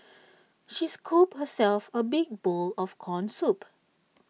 she scooped herself A big bowl of Corn Soup